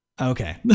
Okay